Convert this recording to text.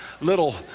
little